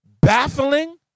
baffling